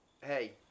hey